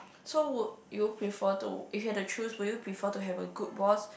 so would you prefer to if you have to choose would you prefer to have a good boss